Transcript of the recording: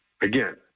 again